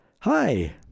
Hi